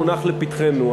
מונח לפתחנו,